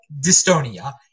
dystonia